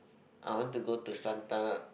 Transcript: I want to go to Santana~